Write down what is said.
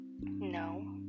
no